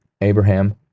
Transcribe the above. Abraham